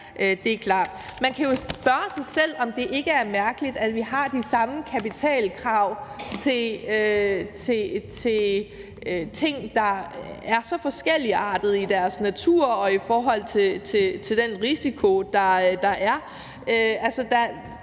Det er klart. Man kan jo spørge sig selv, om det ikke er mærkeligt, at vi har de samme kapitalkrav til ting, der er så forskelligartede i deres natur og i forhold til den risiko, der er.